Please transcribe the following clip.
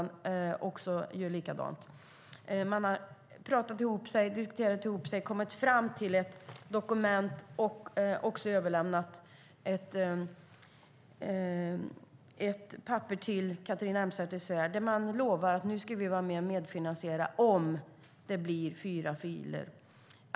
De har pratat ihop sig och kommit fram till ett dokument. De har överlämnat ett papper till Catharina Elmsäter-Svärd där de lovar att vara med och finansiera om det blir fyra filer.